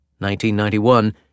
1991